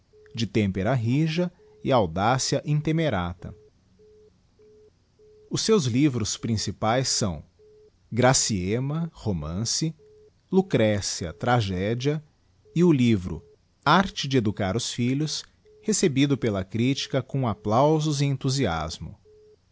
de tempera rija e audácia intemerata os seus livros principaes são graciemay romance lucrécia tragedia e o livro arte de educar os filhos recebido pela critica com applausos e enthusiasmo